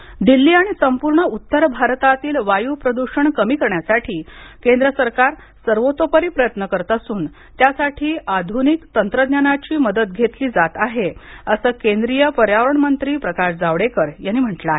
जावडेकर दिल्ली आणि संपूर्ण उत्तर भारतातील वायू प्रदूषण कमी करण्यासाठी केंद्रसरकार सर्वतोपरी प्रयत्न करत असून त्यासाठी आधुनिक तंत्रज्ञानाचीही मदत घेतली जात आहे असं केंद्रीय पर्यावरण मंत्री प्रकाश जावडेकर यांनी म्हटलं आहे